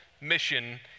mission